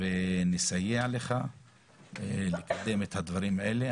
ונסייע לך לקדם את הדברים האלה.